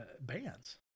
bands